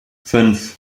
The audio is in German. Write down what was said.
fünf